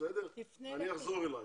אני אחזור אלייך.